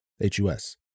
H-U-S